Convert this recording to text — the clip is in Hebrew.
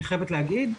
אני חייבת להגיד,